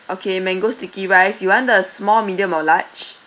okay mango sticky rice you want the small medium or large